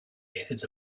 methods